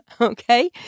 Okay